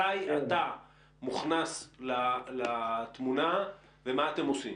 מתי אתה מוכנס לתמונה ומה אתם עושים?